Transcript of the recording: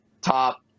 top